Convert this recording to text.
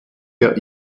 der